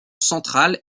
central